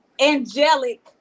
angelic